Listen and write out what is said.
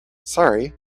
sorry